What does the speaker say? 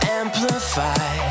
amplify